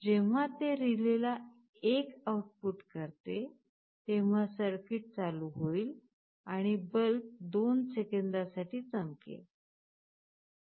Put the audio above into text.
जेव्हा ते रिले ला 1 आउटपुट करते तेव्हा सर्किट चालू होईल आणि बल्ब 2 सेकंदासाठी चमकेल